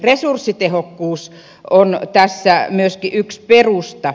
resurssitehokkuus on tässä myöskin yksi perusta